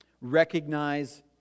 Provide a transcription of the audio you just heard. recognize